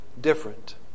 different